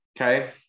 okay